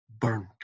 burnt